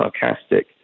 sarcastic